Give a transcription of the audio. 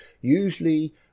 usually